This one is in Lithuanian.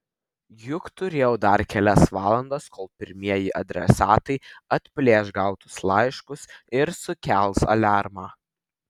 juk turėjau dar kelias valandas kol pirmieji adresatai atplėš gautus laiškus ir sukels aliarmą